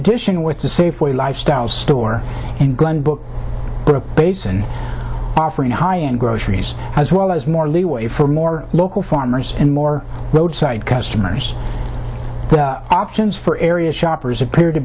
addition with the safeway lifestyles store and glen book basin offering high end groceries as well as more leeway for more local farmers and more roadside customers options for area shoppers appear to